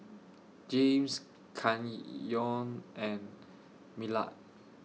James Canyon and Millard